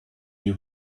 you